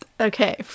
Okay